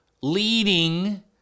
leading